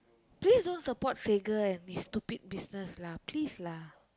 please don't support Sekar and his stupid business lah please lah